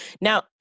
Now